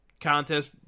contest